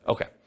Okay